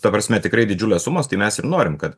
ta prasme tikrai didžiulės sumos tai mes ir norim kad